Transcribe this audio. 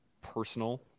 personal